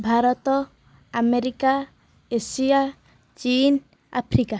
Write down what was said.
Bharat America Asia ଚିନ୍ Africa